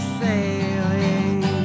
sailing